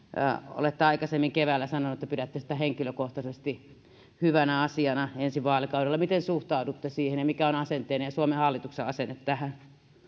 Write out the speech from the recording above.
olette aikaisemmin keväällä sanonut että pidätte sitä henkilökohtaisesti hyvänä asiana ensi vaalikaudella miten suhtaudutte siihen ja mikä on asenteenne ja suomen hallituksen asenne tähän